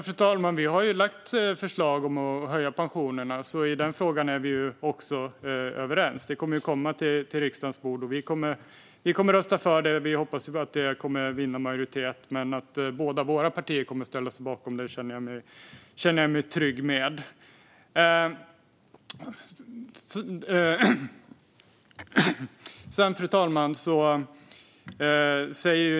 Fru talman! Vi har lagt fram förslag om att höja pensionerna. I den frågan är vi alltså också överens. Detta förslag kommer att läggas på riksdagens bord. Vi kommer att rösta för det, och vi hoppas att det kommer att vinna en majoritet. Men att våra båda partier kommer att ställa sig bakom det känner jag mig trygg med. Fru talman!